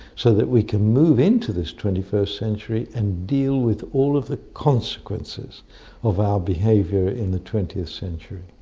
so that we can move into this twenty first century and deal with all of the consequences of our behaviour in the twentieth century.